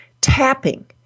tapping